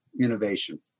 innovation